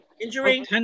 injury